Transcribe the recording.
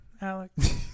Alex